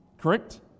Correct